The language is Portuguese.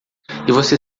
você